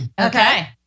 Okay